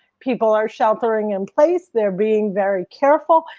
people are sheltering in place, they're being very careful.